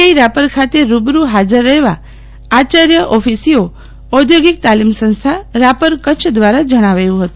આઈ રાપર ખાતે રૂબરૂ ફાજર રહેવા આચાર્યએક્ષ ઓફીસીઓ ઔદ્યોગિક તાલીમ સંસ્થા રાપર કચ્છ દ્વારા જણાવાયું છે